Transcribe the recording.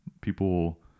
people